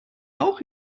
auch